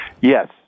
Yes